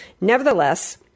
Nevertheless